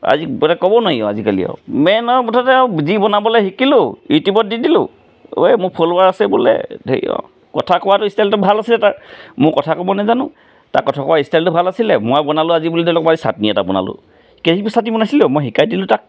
আজি মানে ক'ব নোৱাৰি আৰু আজিকালি আৰু মেইন আৰু মুঠতে আৰু যি বনাবলৈ শিকিলোঁ ইউটিউবত দি দিলোঁ এই মোৰ ফ'লৱাৰ আছে বোলে ধেই আৰু কথা কোৱাটো ষ্টাইলটো ভাল আছিলে তাৰ মোৰ কথা ক'ব নাজানোঁ তাৰ কথা কোৱা ষ্টাইলটো ভাল আছিলে মই বনালোঁ আজি বোলে চাটনি এটা বনালোঁ চাটনি বনাইছিলো মই শিকাই দিলোঁ তাক